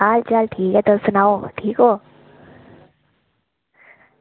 हाल चाल ठीक ऐ तुस सनाओ ठीक ओ